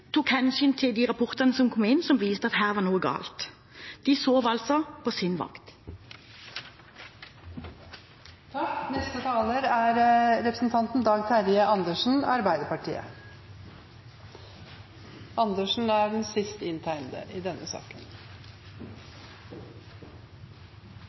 tok hensyn til rapportene som kom inn, og som viste at noe var galt. De sov altså på sin